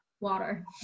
Water